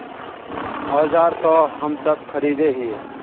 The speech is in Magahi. औजार तो हम सब खरीदे हीये?